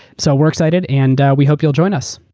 so we're excited and we hope you'll join us.